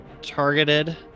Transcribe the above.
targeted